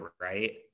right